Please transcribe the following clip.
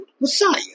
Messiah